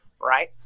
right